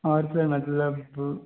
और सर मतलब